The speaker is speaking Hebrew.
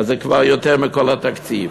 זה כבר יותר מכל התקציב,